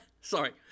Sorry